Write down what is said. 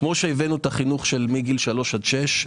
שהבאנו את החינוך של מגיל 3 עד 6,